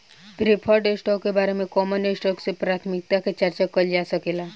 preferred stock के बारे में कॉमन स्टॉक से प्राथमिकता के चार्चा कईल जा सकेला